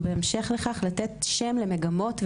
ובהמשך לכך לתת שם למגמות ולתופעות,